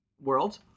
world